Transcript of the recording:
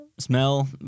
Smell